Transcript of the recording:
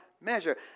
measure